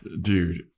Dude